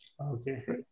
Okay